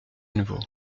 nouveau